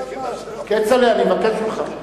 כצל'ה, אני מבקש ממך.